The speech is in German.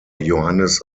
johannes